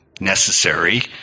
necessary